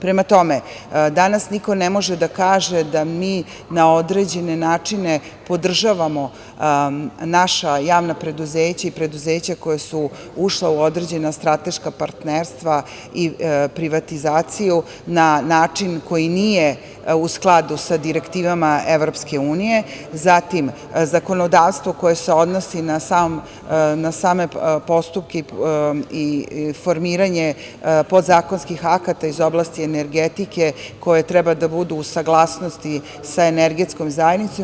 Prema tome, danas niko ne može da kaže da mi na određene načine podržavamo naša javna preduzeća i preduzeća koja su ušla u određena strateška partnerstva i privatizaciju, na način koji nije u skladu sa direktivama EU, zatim zakonodavstvo koje se odnosi na same postupke i formiranje podzakonskih akata iz oblasti energetike koje treba da budu u saglasnosti sa energetskom zajednicom.